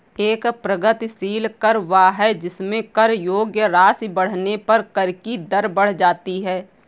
एक प्रगतिशील कर वह है जिसमें कर योग्य राशि बढ़ने पर कर की दर बढ़ जाती है